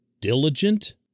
diligent